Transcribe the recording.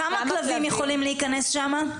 כמה כלבים יכולים להיכנס שם?